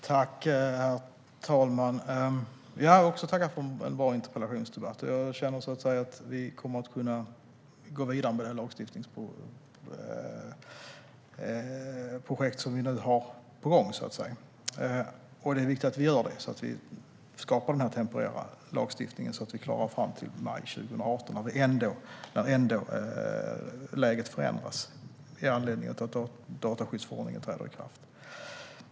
Herr talman! Jag vill också tacka för en bra interpellationsdebatt. Jag känner att vi kommer att kunna gå vidare med det lagstiftningsprojekt som vi nu har på gång. Det är viktigt att vi gör det så att vi skapar den temporära lagstiftningen och klarar oss fram till maj 2018, när läget ändå förändras med anledning av att dataskyddsförordningen träder i kraft.